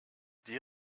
die